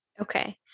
Okay